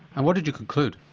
and what did you conclude?